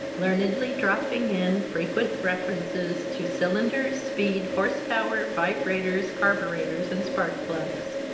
learnedly dropping in frequent references to cylinders, speed, horse power, vibrators, carburetors, and spark plugs.